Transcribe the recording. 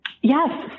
yes